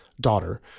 daughter